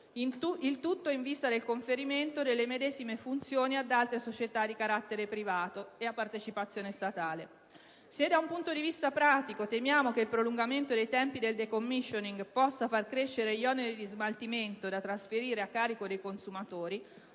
il tutto in vista del conferimento delle medesime funzioni ad altre società di carattere privato e a partecipazione statale. Se da un punto di vista pratico temiamo che il prolungamento dei tempi del *decommissioning* possa far crescere gli oneri di smaltimento da trasferire a carico dei consumatori,